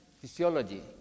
physiology